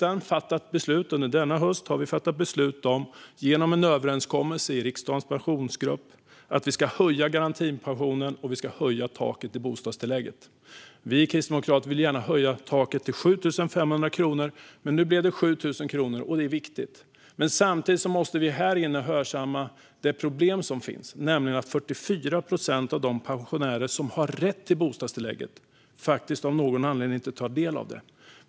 Under denna höst har vi också, genom en överenskommelse i riksdagens pensionsgrupp, fattat beslut om att höja garantipensionen och taket i bostadstillägget. Vi kristdemokrater vill gärna höja taket till 7 500 kronor, men nu blev det 7 000 kronor, och det är viktigt. Samtidigt måste vi här inne hörsamma det problem som finns, nämligen att 44 procent av de pensionärer som har rätt till bostadstillägget av någon anledning inte tar del av det.